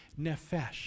nefesh